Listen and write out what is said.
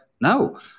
no